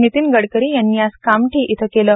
नितीन गडकरी यांनी आज कामठी इथं केले